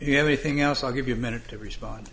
you everything else i'll give you a minute to respond